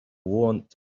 wound